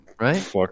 Right